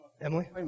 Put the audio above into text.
Emily